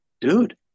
dude